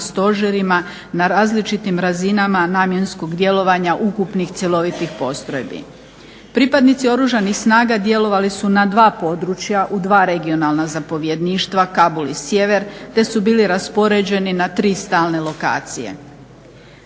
stožerima, na različitim razinama namjenskog djelovanja ukupnih cjelovitih postrojbi. Pripadnici Oružanih snaga djelovali su na dva područja u dva regionalna zapovjedništva Kabul i sjever te su bili raspoređeni na tri stalne lokacije.